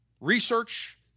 Research